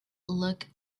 look